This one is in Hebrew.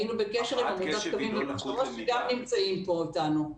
היינו בקשר עם עמותת קוים ומחשבות שגם נמצאים כאן איתנו.